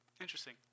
Interesting